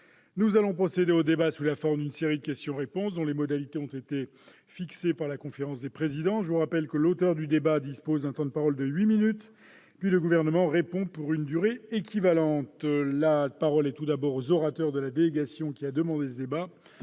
Nous allons procéder au débat sous la forme d'une série de questions-réponses, dont les modalités ont été fixées par la conférence des présidents. Je rappelle que l'auteur de la demande dispose d'un temps de parole de huit minutes, puis le Gouvernement répond, pour une durée équivalente. À l'issue du débat, l'auteur de la demande dispose d'un droit